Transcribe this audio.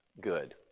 good